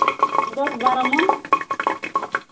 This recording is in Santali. ᱫᱚᱥ ᱵᱟᱨᱚ ᱢᱚᱱ